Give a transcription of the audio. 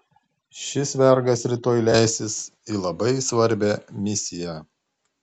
šis vergas rytoj leisis į labai svarbią misiją